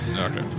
Okay